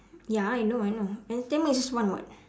ya I know I know and tamil is one [what]